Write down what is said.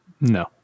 No